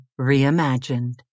Reimagined